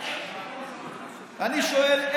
אני שואל,